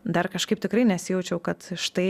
dar kažkaip tikrai nesijaučiau kad štai